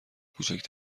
کوچک